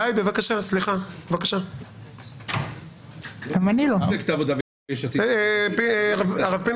במובן הזה של הפעילות עצמה, מאחר ולא היה אף אחד